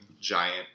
giant